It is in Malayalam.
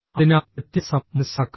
അതിനാൽ വ്യത്യാസം മനസ്സിലാക്കുക